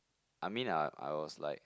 I mean I I was like